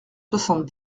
soixante